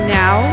now